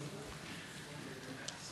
גברתי,